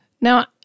Now